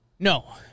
No